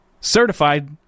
certified